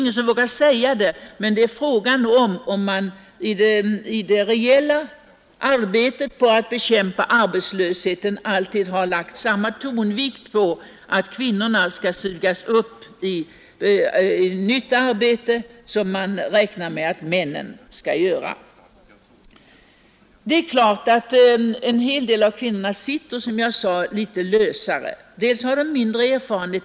En annan fråga är om man i det reella arbetet på att bekämpa arbetslösheten alltid lägger samma tonvikt på att kvinnorna skall sugas upp i nytt arbete som man gör när det gäller männen. Det är klart att en hel del av kvinnorna, som jag nyss sade, sitter litet lösare.